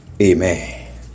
Amen